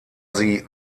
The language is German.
sie